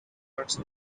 parts